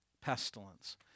pestilence